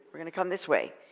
we're gonna come this way.